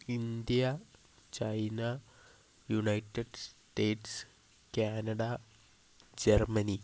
India China United States Canada Germany